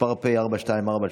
מספרה פ/1424/25.